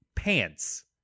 Pants